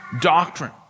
doctrine